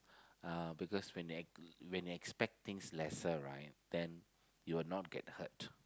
because when they ex when they expect things lesser right then you will not get hurt